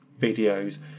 videos